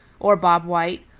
or bob white,